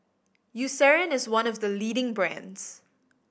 Eucerin is one of the leading brands